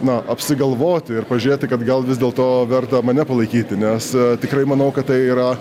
na apsigalvoti ir pažėti kad gal vis dėlto verta mane palaikyti nes tikrai manau kad tai yra